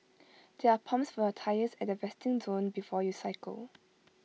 there are pumps for your tyres at the resting zone before you cycle